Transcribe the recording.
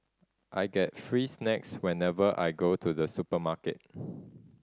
I get free snacks whenever I go to the supermarket